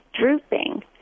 drooping